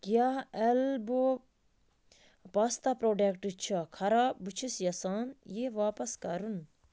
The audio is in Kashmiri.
کیٛاہ ایلبو پاستا پرٛوڈکٹ چھا خراب بہٕ چھَس یَژھان یہِ واپس کَرُن